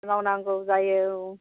मावनांगौ जायो औ